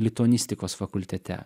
lituanistikos fakultete